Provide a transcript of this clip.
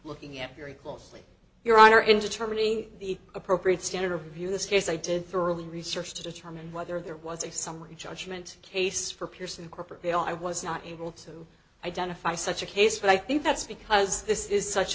looking at very closely your honor in determining the appropriate standard of review this case i did thoroughly research to determine whether there was a summary judgment case for pearson corporate they are i was not able to identify such a case but i think that's because this is such